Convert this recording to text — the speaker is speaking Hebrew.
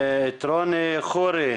את רוני חורי.